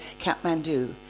Kathmandu